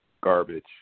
garbage